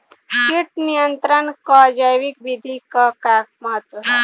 कीट नियंत्रण क जैविक विधि क का महत्व ह?